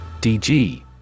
DG